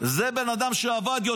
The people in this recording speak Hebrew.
זה בן אדם שעבד,